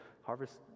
harvest